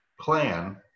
plan